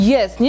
Yes